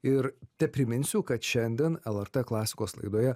ir tepriminsiu kad šiandien lrt klasikos laidoje